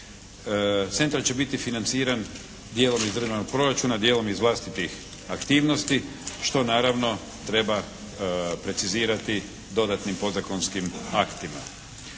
Centar će biti financiran dijelom iz državnog proračuna, dijelom iz vlastitih aktivnosti što naravno treba precizirati dodatnim podzakonskim aktima.